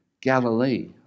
Galilee